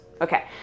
okay